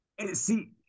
See